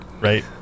Right